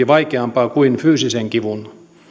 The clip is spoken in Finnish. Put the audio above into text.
vaikeampaa kuin fyysisen kivun